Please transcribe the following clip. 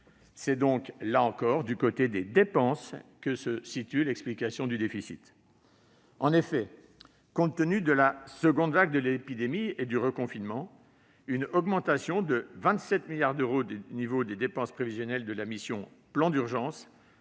C'est donc, là encore, du côté des dépenses que se trouve l'explication du déficit. En effet, compte tenu de la seconde vague de l'épidémie et du reconfinement, une augmentation de 27 milliards d'euros du niveau des dépenses prévisionnelles de la mission « Plan d'urgence